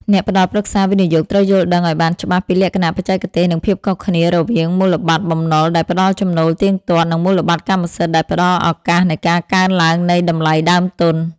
អ្នកផ្ដល់ប្រឹក្សាវិនិយោគត្រូវយល់ដឹងឱ្យបានច្បាស់ពីលក្ខណៈបច្ចេកទេស និងភាពខុសគ្នារវាងមូលបត្របំណុលដែលផ្ដល់ចំណូលទៀងទាត់ និងមូលបត្រកម្មសិទ្ធិដែលផ្ដល់ឱកាសនៃការកើនឡើងនៃតម្លៃដើមទុន។